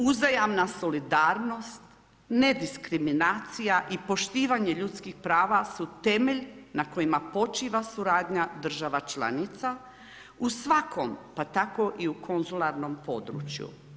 Uzajamna solidarnost nediskriminacija i poštivanje ljudskih prava su temelj na kojima počiva suradnja država članica u svakom pa tako i u konzularnom području.